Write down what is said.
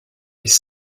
les